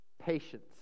patience